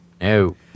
No